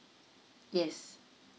yes